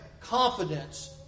confidence